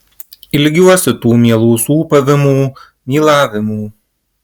ilgiuosi tų mielų sūpavimų mylavimų